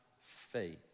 faith